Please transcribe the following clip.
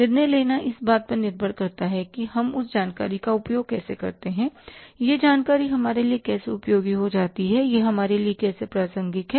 निर्णय लेना इस बात पर निर्भर करता है कि हम उस जानकारी का उपयोग कैसे करते हैं यह जानकारी हमारे लिए कैसे उपयोगी हो जाती है यह हमारे लिए कैसे प्रासंगिक है